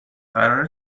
قراره